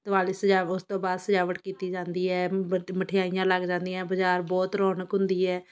ਦੀਵਾਲੀ ਸਜਾਵ ਉਸ ਤੋਂ ਬਾਅਦ ਸਜਾਵਟ ਕੀਤੀ ਜਾਂਦੀ ਹੈ ਮਠਿਆਈਆਂ ਲੱਗ ਜਾਂਦੀਆਂ ਬਾਜ਼ਾਰ ਬਹੁਤ ਰੌਣਕ ਹੁੰਦੀ ਹੈ